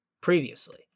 previously